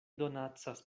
donacas